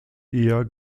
eher